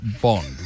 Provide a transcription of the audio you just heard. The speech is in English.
Bond